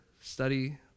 study